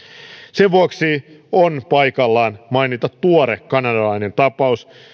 sen vuoksi on paikallaan mainita tuore kanadalainen tapaus